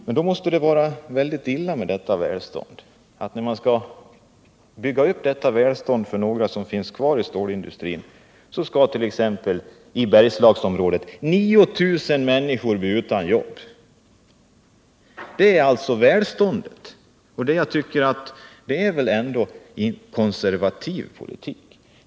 Det måste vara mycket illa ställt med detta välstånd, om det för att bygga upp välståndet för några, som skall finnas kvar inom stålindustrin, krävs att t.ex. i Bergslagsområdet 9 000 människor skall bli utan jobb. Det är alltså vad välståndet kräver. Det är väl ändå en konservativ politik.